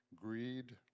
greed